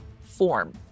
form